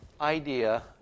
idea